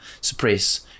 suppress